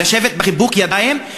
לשבת בחיבוק ידיים?